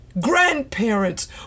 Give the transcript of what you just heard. Grandparents